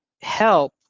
Help